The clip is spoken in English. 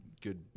good